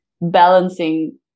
balancing